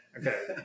okay